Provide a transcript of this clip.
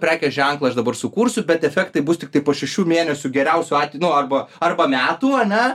prekės ženklą aš dabar sukursiu bet efektai bus tiktai po šešių mėnesių geriausiu atveju nu arba arba metų ane